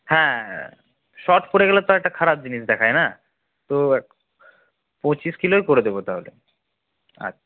হ্যাঁ হ্যাঁ শর্ট পড়ে গেলে তো একটা খারাপ জিনিস দেখায় না তো পঁচিশ কিলোই করে দেব তাহলে আচ্ছা